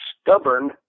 stubborn